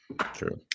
True